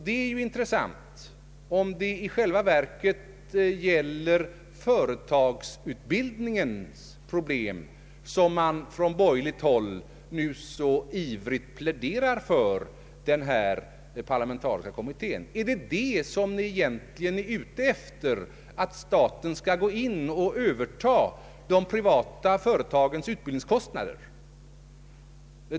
Det är intressant om det i själva verket är med anledning av företagsutbildningens problem som man från borgerligt håll nu så ivrigt pläderar för den parlamentariska kommittén. Är det egentligen vad ni är ute efter, att staten skall gå in och överta de privata företagens utbildningskostnader?